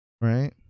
Right